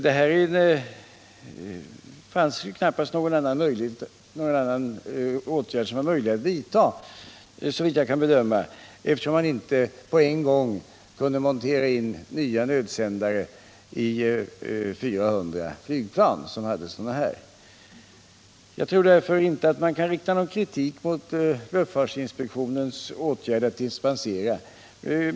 Eftersom man inte på en gång kunde montera in nya nödsiändare 1400 flygplan var det såvitt jag kan bedöma knappast möjligt att vidta någon annan åtgärd än att ge dispens att flyga utan nödsändare. Jag tror därför inte att man kan rikta någon kritik mot lufifartsinspektionens åtgärd att dispensera.